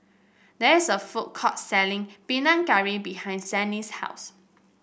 there is a food court selling Panang Curry behind Sannie's house